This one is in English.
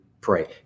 pray